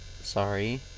Sorry